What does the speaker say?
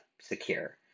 secure